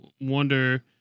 wonder